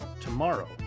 tomorrow